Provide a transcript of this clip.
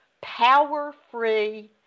power-free